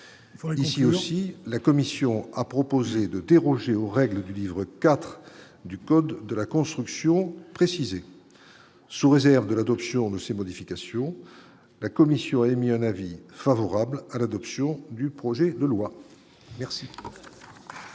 ici aussi, la Commission a proposé de déroger aux règles du livre IV du code de la construction préciser sous réserve de l'adoption de ces modifications, la commission a émis un avis favorable à l'adoption du projet de loi merci.